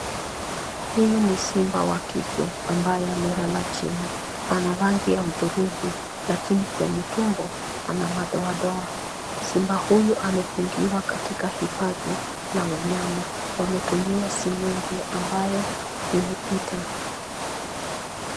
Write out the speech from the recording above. Huyu ni simba wa kike ambaye amelala chini. Ana rangi ya hudhurungi lakini kwenye tumbo ana madoadoa. Simba huyu amefungiwa katika hifadhi la wanyama, wametumia seng'enge ambayo imepita.